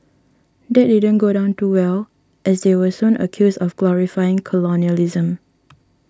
that didn't go down too well as they were soon accused of glorifying colonialism